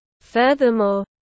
Furthermore